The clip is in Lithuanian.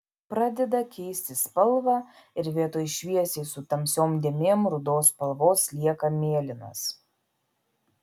pradeda keisti spalvą ir vietoj šviesiai su tamsiom dėmėm rudos spalvos lieka mėlynas